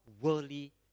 worldly